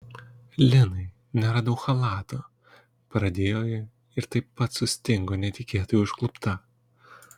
linai neradau chalato pradėjo ji ir taip pat sustingo netikėtai užklupta